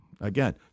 Again